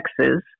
Texas